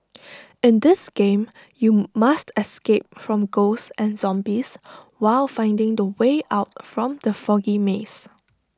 in this game you must escape from ghosts and zombies while finding the way out from the foggy maze